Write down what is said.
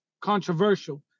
controversial